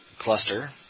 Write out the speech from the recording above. cluster